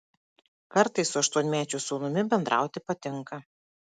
kartais su aštuonmečiu sūnumi bendrauti patinka